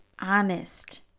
honest